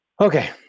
Okay